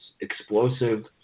explosive